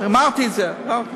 מסכימים לדחות בשבוע.